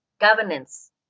governance